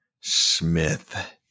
Smith